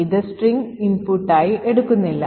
ഇത് സ്ട്രിംഗ് ഇൻപുട്ടായി എടുക്കുന്നില്ല